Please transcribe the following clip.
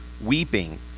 weeping